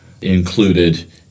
included